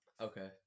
Okay